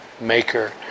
maker